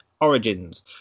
origins